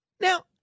Now